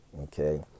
Okay